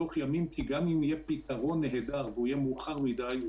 כי גם אם יהיה פתרון נהדר אבל הוא יהיה מאוחר מדי,